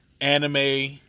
anime